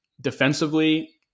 defensively